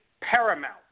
paramount